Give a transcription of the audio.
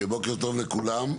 בוקר טוב לכולם,